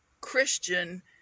Christian